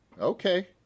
Okay